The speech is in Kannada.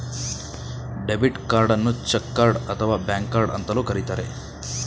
ಡೆಬಿಟ್ ಕಾರ್ಡನ್ನು ಚಕ್ ಕಾರ್ಡ್ ಅಥವಾ ಬ್ಯಾಂಕ್ ಕಾರ್ಡ್ ಅಂತಲೂ ಕರಿತರೆ